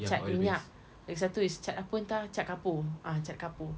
cat minyak lagi satu is cat apa entah cat kapur ah cat kapur